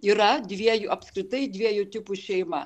yra dviejų apskritai dviejų tipų šeima